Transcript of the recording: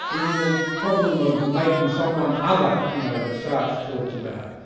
in the problem of making someone other, you know that sartre talks about,